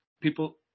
people